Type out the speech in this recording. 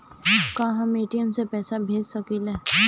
का हम ए.टी.एम से पइसा भेज सकी ले?